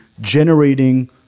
generating